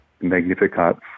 Magnificat